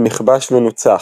הוא "נכבש ונוצח"